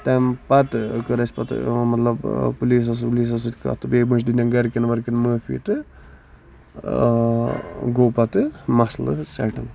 تَمہِ پَتہٕ کٔر اَسہِ پَتہٕ مطلب پٔلیٖسس ؤلیٖسس سۭتۍ کَتھ تہٕ بیٚیہِ مٔنج تِہندین گرِکین وَرکین مٲفی تہٕ گوٚو پَتہٕ مَسلہٕ سیٹٕل